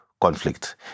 conflict